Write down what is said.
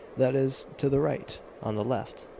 that is, to the right on the left,